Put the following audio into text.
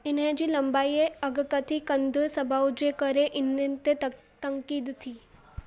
हिननि जी लम्बाई ऐं अॻकथी कंदड़ु सुभाउ जे करे इन्हनि ते तं तंक़ीद थी